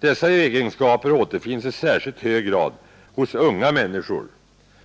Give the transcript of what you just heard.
Dessa egenskaper återfinns i särskilt hög grad hos unga människor,